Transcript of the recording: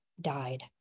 died